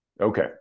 Okay